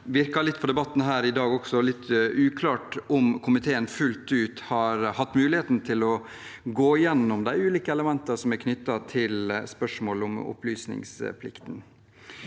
at det i debatten her i dag virker litt uklart om komiteen fullt ut har hatt mulighe ten til å gå igjennom de ulike elementene som er knyttet til spørsmål om opplysningsplikten.